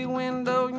window